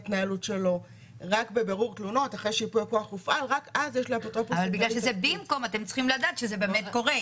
הכוח, כשייפוי הכוח לא הופעל, לא מוסמך לתת הסכמה.